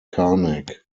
karnak